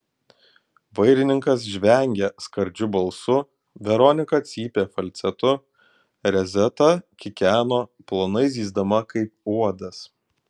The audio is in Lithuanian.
vairininkas žvengė skardžiu balsu veronika cypė falcetu rezeta kikeno plonai zyzdama kaip uodas